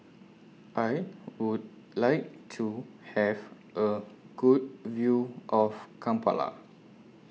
I Would like to Have A Good View of Kampala